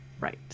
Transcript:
Right